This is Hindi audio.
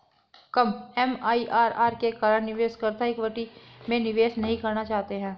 कम एम.आई.आर.आर के कारण निवेशकर्ता इक्विटी में निवेश नहीं करना चाहते हैं